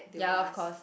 ya of course